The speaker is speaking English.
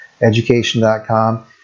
Education.com